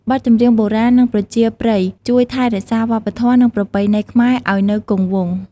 បទចម្រៀងបុរាណ និងប្រជាប្រិយជួយថែរក្សាវប្បធម៌ និងប្រពៃណីខ្មែរឱ្យនៅគង់វង្ស។